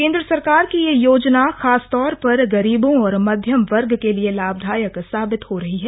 केंद्र सरकार की ये योजना खासतौर पर गरीबों और मध्यम वर्ग के लिए लाभदायक साबित हो रही है